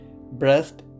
breast